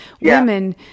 women